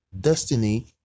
destiny